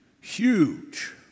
huge